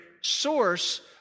source